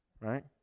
Right